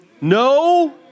No